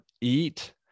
eat